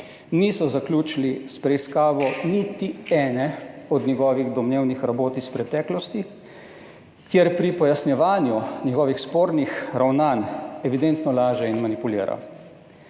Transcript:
niso zaključili s preiskavo niti ene od njegovih domnevnih rabot iz preteklosti, kjer pri pojasnjevanju njegovih spornih ravnanj evidentno laže in manipulira.